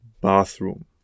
bathroom